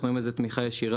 אנחנו רואים בזה תמיכה ישירה.